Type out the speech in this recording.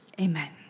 Amen